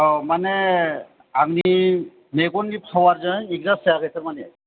औ माने आंनि मेगननि पावारजों एडजास्ट जायाखै थारमाने